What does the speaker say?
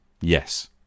Yes